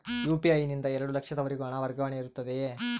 UPI ನಿಂದ ಎರಡು ಲಕ್ಷದವರೆಗೂ ಹಣ ವರ್ಗಾವಣೆ ಇರುತ್ತದೆಯೇ?